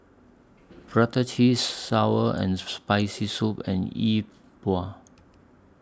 Prata Cheese Sour and Spicy Soup and Yi Bua